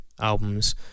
albums